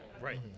Right